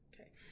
Okay